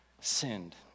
sinned